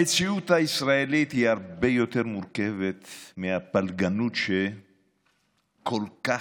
המציאות הישראלית היא הרבה יותר מורכבת מהפלגנות שכל כך,